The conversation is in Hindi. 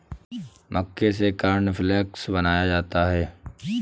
मक्के से कॉर्नफ़्लेक्स बनाया जाता है